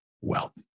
wealth